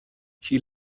she